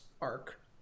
arc